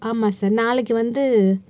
ஆமாம் சார் நாளைக்கு வந்து